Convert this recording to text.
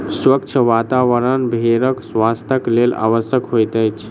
स्वच्छ वातावरण भेड़क स्वास्थ्यक लेल आवश्यक होइत अछि